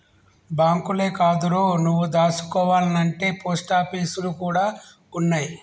బాంకులే కాదురో, నువ్వు దాసుకోవాల్నంటే పోస్టాపీసులు గూడ ఉన్నయ్